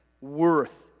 worth